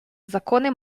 закони